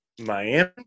Miami